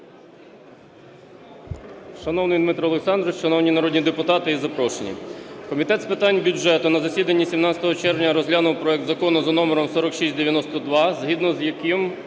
Шановний Дмитре Олександровичу, шановні народні депутати і запрошені! Комітет з питань бюджету на засіданні 17 червня розглянув проект Закону за номером 4692, згідно з яким